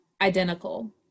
identical